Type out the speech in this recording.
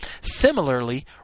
similarly